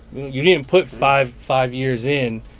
you didn't put five five years in,